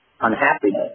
unhappiness